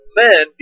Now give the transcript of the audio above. men